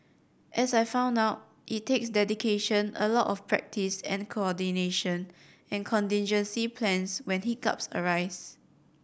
as I found out it takes dedication a lot of practice and coordination and contingency plans when hiccups arise